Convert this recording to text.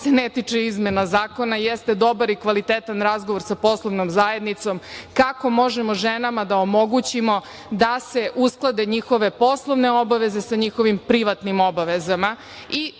ne tiče izmena zakona, jeste dobar i kvalitetan razgovor sa poslovnom zajednicom kako možemo ženama da omogućimo da se usklade njihove poslovne obaveze sa njihovim privatnim obavezama. Druga